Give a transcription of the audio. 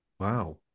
Wow